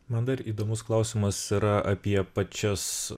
man dar įdomus klausimas yra apie pačias